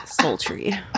sultry